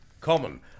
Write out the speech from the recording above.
common